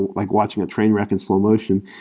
like watching a train wreck in slow motion.